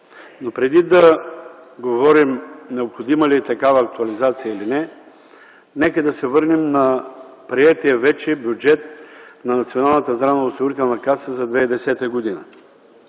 Но, преди да говорим необходима ли е такава актуализация или не, нека да се върнем на приетия вече Бюджет на Националната